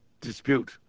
dispute